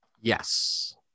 Yes